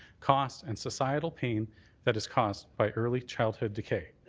costs and societal pain that is caused by early childhood decay.